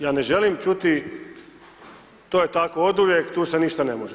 Ja ne želim čuti to je tako oduvijek tu se ništa ne može.